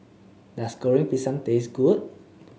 does Goreng Pisang taste good